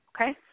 Okay